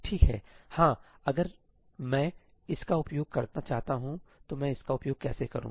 ठीक है हाँ अगर मैं इसका उपयोग करना चाहता हूँ तो मैं इसका उपयोग कैसे करूँ